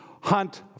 hunt